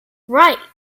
right